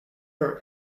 are